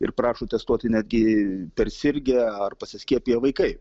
ir prašo testuoti netgi persirgę ar pasiskiepiję vaikai